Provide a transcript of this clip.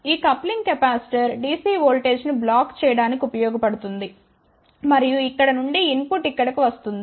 ఈ coupling capacitor DC ఓల్టేజ్ను block చేయడానికి ఉపయోగపడుతుంది మరియు ఇక్కడ నుండి ఇన్పుట్ ఇక్కడకు వస్తుంది